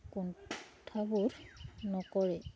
কুণ্ঠাবোধ নকৰে